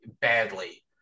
badly